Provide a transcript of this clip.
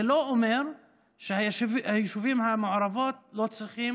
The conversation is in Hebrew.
זה לא אומר שהיישובים המעורבים לא צריכים